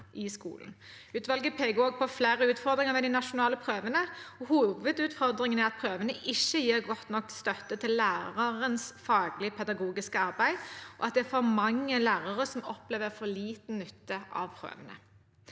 Utvalget peker også på flere utfordringer med de nasjonale prøvene. Hovedutfordringen er at prøvene ikke gir god nok støtte til lærerens faglige, pedagogiske arbeid, og at det er for mange lærere som opplever for liten nytte av prøvene.